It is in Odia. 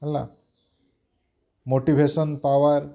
ହେଲା ମୋଟିଭେସନ୍ ପାୱାର୍